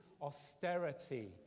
austerity